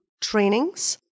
trainings